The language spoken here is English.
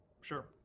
Sure